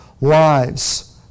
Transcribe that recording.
lives